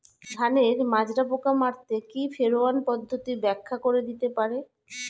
ধানের মাজরা পোকা মারতে কি ফেরোয়ান পদ্ধতি ব্যাখ্যা করে দিতে পারে?